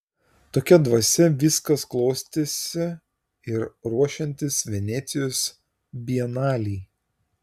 tokia dvasia viskas klostėsi ir ruošiantis venecijos bienalei